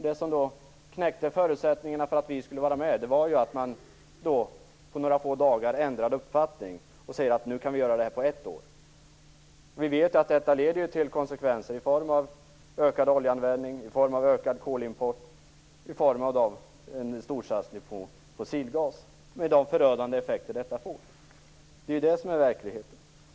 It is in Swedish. Det som knäckte förutsättningarna för att vi skulle vara med var att man på några få dagar ändrade uppfattning och sade: Nu kan vi göra det här på ett år. Vi vet att detta leder till konsekvenser i form av ökad oljeanvändning, i form av ökad kolimport och i form av en storsatsning på fossilgas, med de förödande effekter detta får. Det är ju det som är verkligheten.